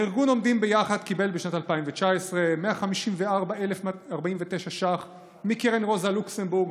הארגון עומדים ביחד קיבל בשנת 2019 154,149 שקלים מקרן רוזה לוקסמבורג,